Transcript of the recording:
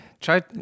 Try